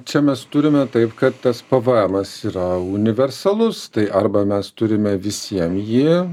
čia mes turime taip kad tas pvm yra universalus tai arba mes turime visiem jį